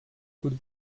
could